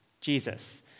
Jesus